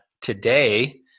today